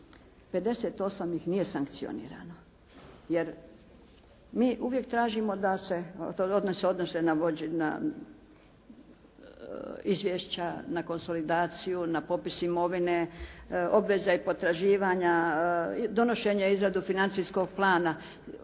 58 ih nije sankcionirano, jer mi uvijek tražimo da se, a one se odnose na izvješća, na konsolidaciju, na popis imovine, obveze i potraživanja, odnošenje i izradu financijskog plana.